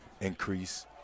increase